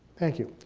thank you.